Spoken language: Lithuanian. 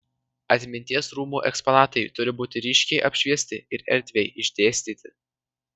atminties rūmų eksponatai turi būti ryškiai apšviesti ir erdviai išdėstyti